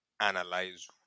analyze